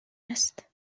است